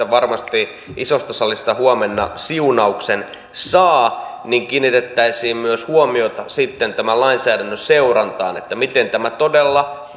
varmasti tästä isosta salista huomenna siunauksen saa kiinnitettäisiin myös huomiota sitten tämän lainsäädännön seurantaan miten tämä todella